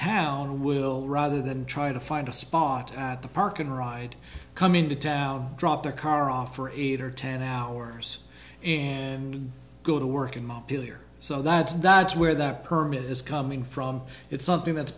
town will rather than try to find a spot at the park and ride coming to town drop the car off for eight or ten hours and go to work in my ear so that that's where that permit is coming from it's something that's